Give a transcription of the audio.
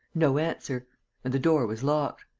no answer and the door was locked.